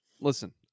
Listen